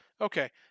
Okay